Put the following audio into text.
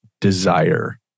desire